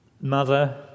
Mother